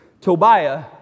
Tobiah